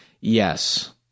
Yes